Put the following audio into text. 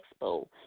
Expo